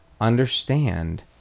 understand